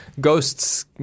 ghosts